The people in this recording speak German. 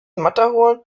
matterhorn